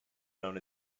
known